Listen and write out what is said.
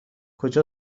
کجا